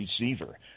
receiver